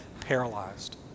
paralyzed